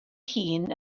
hun